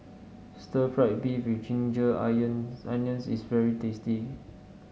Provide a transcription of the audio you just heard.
Stir Fried Beef with Ginger Onions is very tasty